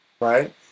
Right